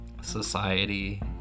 society